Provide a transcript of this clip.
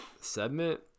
segment